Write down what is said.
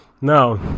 Now